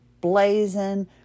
blazing